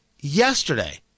yesterday